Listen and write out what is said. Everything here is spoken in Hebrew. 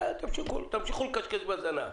'תמשיכו לכשכש בזנב'.